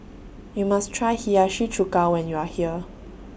YOU must Try Hiyashi Chuka when YOU Are here